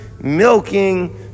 milking